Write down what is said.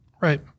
right